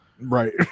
right